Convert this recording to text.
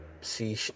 see